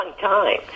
time